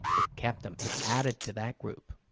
it kept them. it added to that group.